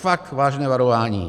Fakt vážné varování.